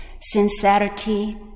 sincerity